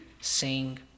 sing